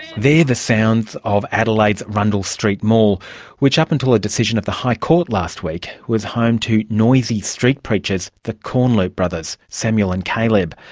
the the sounds of adelaide's rundle street mall which, up until a decision of the high court last week, was home to noisy street preachers, the corneloup brothers, samuel and caleb.